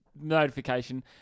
notification